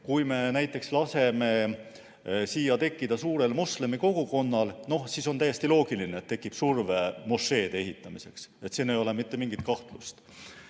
Kui me näiteks laseme siin tekkida suurel moslemi kogukonnal, siis on täiesti loogiline, et tekib surve mošeede ehitamiseks. Selles ei ole mitte mingit kahtlust.